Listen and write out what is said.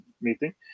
meeting